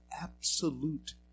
absolute